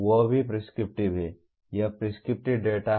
वह भी प्रिस्क्रिप्टिव है यह प्रिस्क्रिप्टिव डेटा है